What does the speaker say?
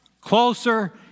closer